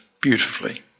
beautifully